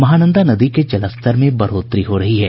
महानंदा नदी के जलस्तर में बढ़ोतरी हो रही है